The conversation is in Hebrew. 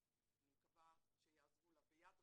אני מקווה שיעזרו לה, ביד רמה.